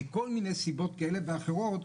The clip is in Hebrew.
מכל מיני סיבות כאלה ואחרות,